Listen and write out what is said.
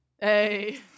Hey